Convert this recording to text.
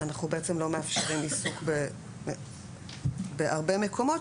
אנחנו בעצם לא מאפשרים עיסוק בהרבה מקומות,